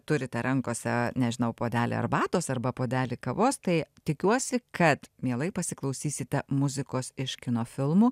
turite rankose nežinau puodelį arbatos arba puodelį kavos tai tikiuosi kad mielai pasiklausysite muzikos iš kino filmų